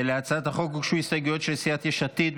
להצעת החוק הוגשו הסתייגויות של סיעת יש עתיד.